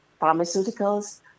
pharmaceuticals